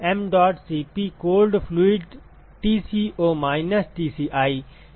mdot Cp cold fluid Tco minus Tci